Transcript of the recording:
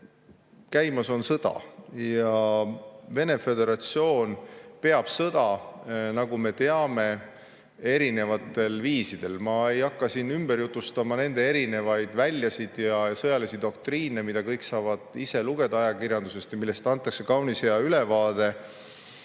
käimas on sõda, ja Venemaa Föderatsioon peab sõda, nagu me teame, erinevatel viisidel. Ma ei hakka siin ümber jutustama nende erinevaid väljasid ja sõjalisi doktriine, mida kõik saavad ise ajakirjandusest lugeda ja millest antakse kaunis hea ülevaade.